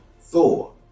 Thor